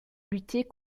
lutter